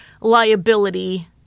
liability